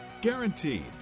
Guaranteed